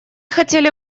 хотели